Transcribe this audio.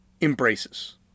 embraces